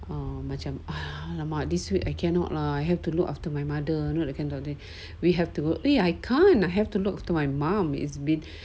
um macam !alamak! this week I cannot lah I have to look after my mother you know that kind of thing we have to go eh I can't and I have to look to my mom it's been